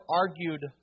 argued